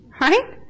Right